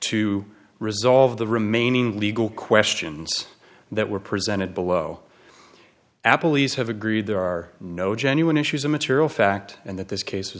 to resolve the remaining legal questions that were presented below apple e's have agreed there are no genuine issues of material fact and that this case